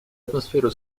атмосферу